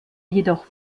jedoch